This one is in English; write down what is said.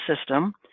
system